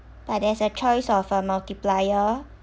but there's a choice of a multiplier